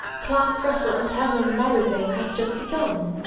clark russell, and herman merivale have just be gun?